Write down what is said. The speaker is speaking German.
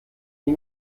die